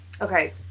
okay